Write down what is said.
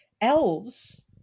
elves